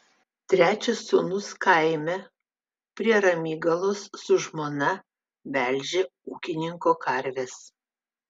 trečias sūnus kaime prie ramygalos su žmona melžia ūkininko karves